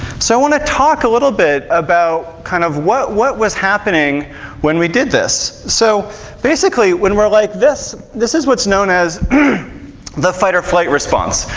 so want to talk a little bit about kind of what what was happening when we did this? so basically, when we're like this, this is what's known as the fight-or-flight response.